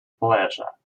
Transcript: pleasure